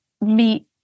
meet